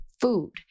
food